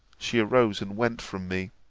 she arose and went from me.